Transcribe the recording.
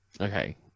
Okay